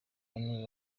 bane